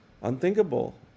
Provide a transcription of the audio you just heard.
unthinkable